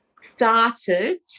started